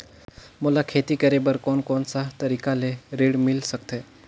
मोला खेती करे बर कोन कोन सा तरीका ले ऋण मिल सकथे?